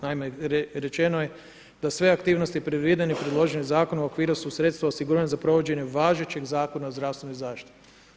Naime, rečeno je da sve aktivnosti predvedene i priloženim zakonom u okviru su sredstva osiguranja za provođenje važećeg zakona o zdravstvenoj zaštiti.